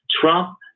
Trump